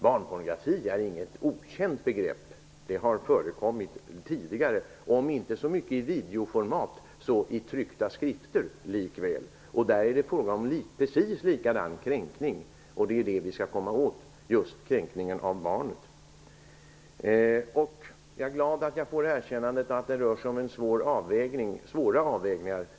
Barnpornografi är inget okänt begrepp -- det har förekommit tidigare, om än inte så mycket i videogram som i tryckta skrifter. Där är det fråga om precis samma kränkning. Det är just kränkningen av barnet vi skall komma åt. Jag är glad att jag får erkännandet att det rör sig om svåra avvägningar.